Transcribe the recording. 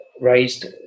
raised